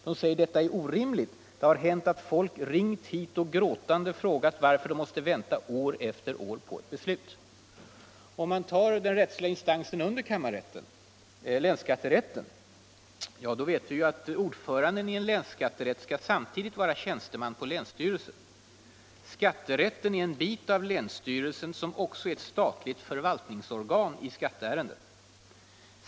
De säger att detta är orimligt. ”Det har hänt att folk har ringt hit och gråtande frågat, varför de måste vänta år efter år på ett beslut.” Om man tar den rättsliga instansen under kammarrätten, länsskatterätten, vet vi ju att ordföranden i en länsskatterätt samtidigt skall vara tjänsteman på länsstyrelsen. Skatterätten är en bit av länsstyrelsen som också är ett statligt förvaltningsorgan i skatteärenden.